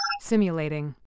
Simulating